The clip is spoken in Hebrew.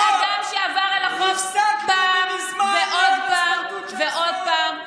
אדם שעבר על החוק פעם ועוד פעם ועוד פעם,